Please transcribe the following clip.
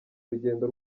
urugendo